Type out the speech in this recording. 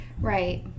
Right